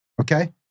okay